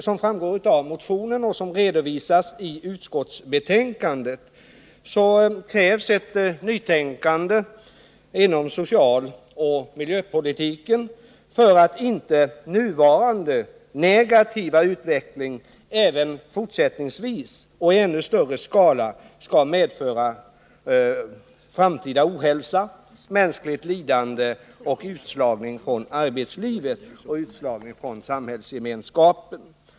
Som framgår av motionen, och som också redovisats i utskottsbetänkandet, kräver vi ett nytänkande inom socialoch miljöpolitiken för att inte den nuvarande negativa utvecklingen fortsättningsvis och i ännu större skala skall medföra framtida ohälsa, mänskligt lidande och utslagning från arbetslivet och samhällsgemenskapen.